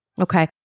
Okay